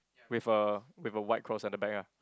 with a with a white cross at the back ah